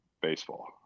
baseball